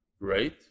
Great